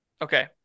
Okay